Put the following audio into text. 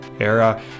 era